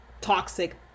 toxic